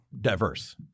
diverse